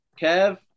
Kev